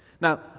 Now